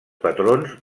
patrons